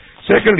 Secondly